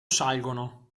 salgono